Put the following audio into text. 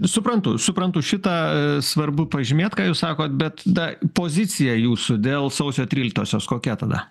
suprantu suprantu šitą svarbu pažymėt ką jūs sakot bet ta pozicija jūsų dėl sausio tryliktosios kokia tada